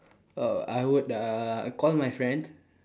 oh I would uh call my friends